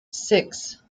six